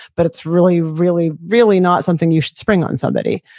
but it's really, really, really not something you should spring on somebody.